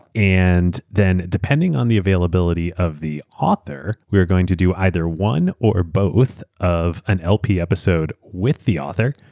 and then depending on the availability of the author, we are going to do either one or both of an lp episode with the author,